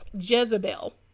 Jezebel